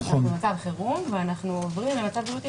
אנחנו במצב חירום ואנחנו עוברים למצב בריאותי